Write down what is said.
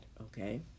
Okay